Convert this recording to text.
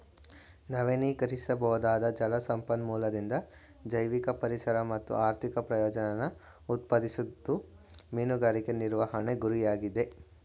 ನವೀಕರಿಸಬೊದಾದ ಜಲ ಸಂಪನ್ಮೂಲದಿಂದ ಜೈವಿಕ ಪರಿಸರ ಮತ್ತು ಆರ್ಥಿಕ ಪ್ರಯೋಜನನ ಉತ್ಪಾದಿಸೋದು ಮೀನುಗಾರಿಕೆ ನಿರ್ವಹಣೆ ಗುರಿಯಾಗಿದೆ